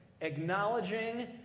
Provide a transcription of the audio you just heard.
acknowledging